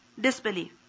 disbelief